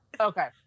Okay